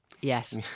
Yes